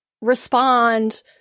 respond